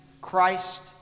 Christ